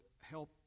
help